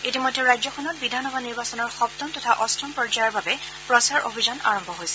ইতিমধ্যে ৰাজ্যখনত বিধানসভা নিৰ্বাচনৰ সপ্তম তথা অষ্টম পৰ্যায়ৰ বাবে প্ৰচাৰ অভিযান আৰম্ভ হৈছে